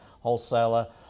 wholesaler